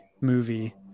movie